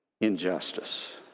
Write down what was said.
injustice